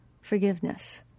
forgiveness